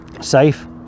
safe